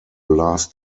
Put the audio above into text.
last